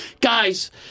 Guys